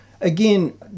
again